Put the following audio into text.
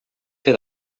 fer